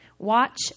Watch